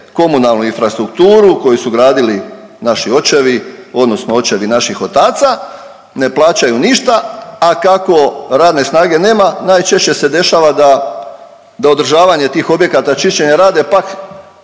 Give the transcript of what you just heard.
komunalnu infrastrukturu koju su gradili naši očevi odnosno očevi naših otaca, ne plaćaju ništa, a kako radne snage nema najčešće se dešava da, da održavanja tih objekata čišćenja rade pak